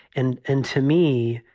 and and to me,